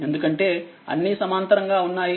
ఎందుకంటే అన్నీసమాంతరంగా ఉన్నాయి